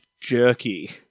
jerky